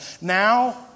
Now